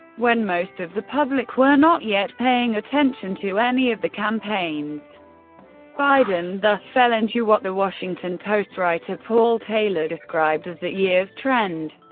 when most of the public were not yet paying attention to any of the campaigns biden thus fell into what the washington post writer paul taylor described as that year's trend,